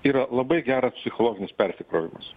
yra labai geras psichologinis persikrovimas